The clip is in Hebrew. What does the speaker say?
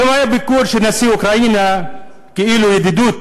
היום היה ביקור של נשיא אוקראינה, כאילו ידידות.